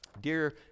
dear